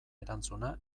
erantzuna